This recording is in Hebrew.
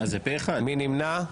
מי נמנע?